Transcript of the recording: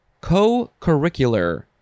co-curricular